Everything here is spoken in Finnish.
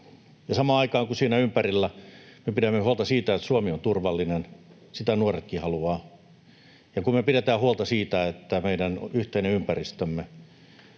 Samaan aikaan siinä ympärillä me pidämme huolta siitä, että Suomi on turvallinen, mitä nuoretkin haluavat, ja pidetään huolta siitä, että meidän yhteinen ympäristömme